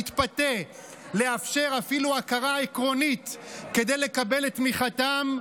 תתפתה לאפשר אפילו הכרה עקרונית כדי לקבל את תמיכתם,